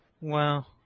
Wow